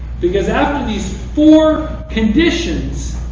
because after these four conditions,